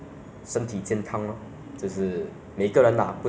so for the third wishes it's definitely uh